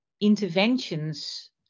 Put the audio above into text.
interventions